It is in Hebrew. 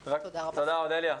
תודה, אודליה.